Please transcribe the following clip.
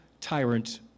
tyrant